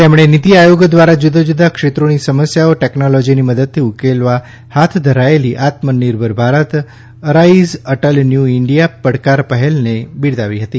તેમણે નીતિ આયોગ દ્વારા જુદાં જુદાં ક્ષેત્રોની સમસ્યાઓ ટેકનોલોજીની મદદથી ઉકેલવા હાથ ધરાયેલી Aatmanirbhar Bharat ARISE Atal new India પડકાર પહેલની બિરદાવી હતી